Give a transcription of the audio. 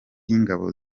y’ingabo